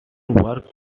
worked